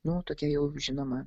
nu tokia jau žinoma